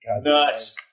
Nuts